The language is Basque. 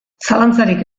zalantzarik